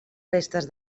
restes